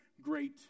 great